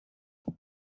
the